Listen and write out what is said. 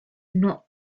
not